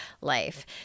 life